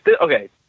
Okay